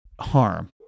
harm